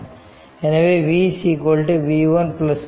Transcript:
எனவே v v1 v2